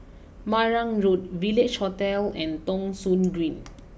Marang Road Village Hotel and Thong Soon Green